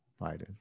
Biden